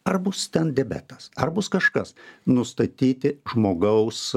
ar bus ten diabetas ar bus kažkas nustatyti žmogaus